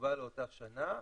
שנקבע לאותה שנה,